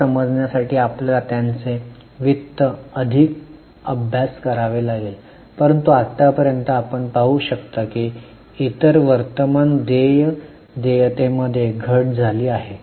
हे समजण्यासाठी आपल्याला त्यांचे वित्त अधिक अभ्यास करावे लागेल परंतु आतापर्यंत आपण पाहू शकता की इतर वर्तमान देय देयतेमध्ये घट झाली आहे